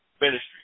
ministry